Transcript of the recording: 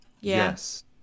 yes